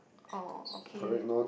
oh okay